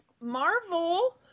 Marvel